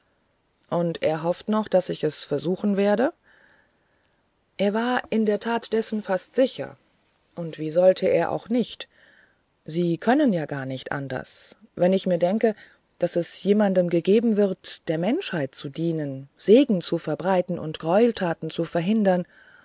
und er hofft noch daß ich es versuchen werde er war in der tat dessen fast sicher und wie sollte er auch nicht sie können ja gar nicht anders wenn ich mir denke daß es jemand gegeben wird der menschheit zu dienen segen zu verbreiten und greueltaten zu verhindern